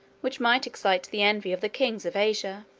which might excite the envy of the kings of asia.